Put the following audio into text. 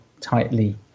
tightly